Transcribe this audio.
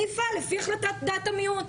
אני אפעל לפי החלטת דעת המיעוט.